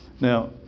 Now